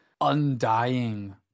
undying